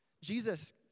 Jesus